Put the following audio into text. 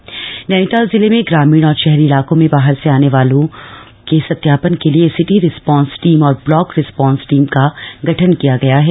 response team गठन नैनीताल जिले में ग्रामीण और शहरी इलाकों में बाहर से आने वालों के सत्यापन के लिए सिटी रिस्पान्स टीम और ब्लाक रिस्पान्स टीम का गठन किया गया है